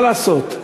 מה לעשות,